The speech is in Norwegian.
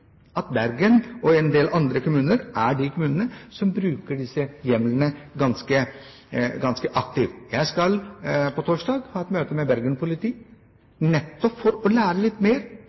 at Bergen og en del andre kommuner er kommuner som bruker disse hjemlene ganske aktivt. På torsdag skal jeg ha et møte med Bergen politi nettopp for å lære litt mer